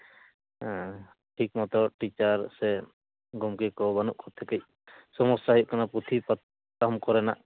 ᱦᱮᱸ ᱴᱷᱤᱠ ᱢᱚᱛᱚ ᱴᱤᱪᱟᱨ ᱥᱮ ᱜᱚᱝᱠᱮ ᱠᱚ ᱵᱟᱹᱱᱩᱜ ᱠᱚᱛᱮ ᱠᱟᱹᱡ ᱥᱚᱢᱚᱥᱥᱟ ᱦᱩᱭᱩᱜ ᱠᱟᱱᱟ ᱯᱩᱛᱷᱤ ᱯᱟᱛᱷᱟᱢ ᱠᱚᱨᱮᱱᱟᱜ